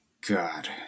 God